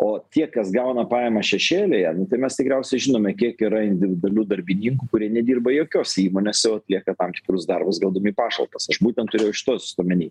o tie kas gauna pajamas šešėlyje na tai mes tikriausiai žinome kiek yra individualių darbininkų kurie nedirba jokiose įmonėse o atlieka tam tikrus darbus gaudami pašalpas aš būtent turėjau šituos omeny